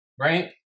right